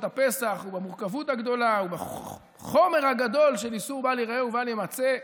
הפסח ובמורכבות הגדולה ובחומר הגדול של איסור בל ייראה ובל יימצא,